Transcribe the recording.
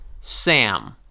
Sam